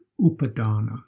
upadana